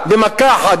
במכה אחת,